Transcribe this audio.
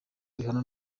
rihanna